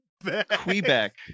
Quebec